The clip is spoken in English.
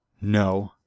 no